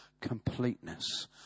completeness